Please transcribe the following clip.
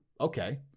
Okay